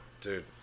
dude